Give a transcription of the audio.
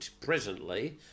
presently